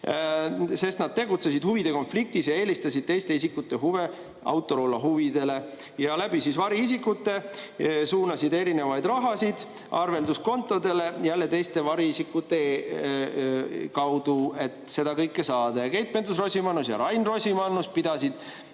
sest nad tegutsesid huvide konfliktis ja eelistasid teiste isikute huve Autorollo huvidele ja läbi variisikute suunasid erinevaid rahasid arvelduskontodele, jälle teiste variisikute kaudu, et seda kõike saada. Ja Keit Pentus-Rosimannus ja Rain Rosimannus palkasid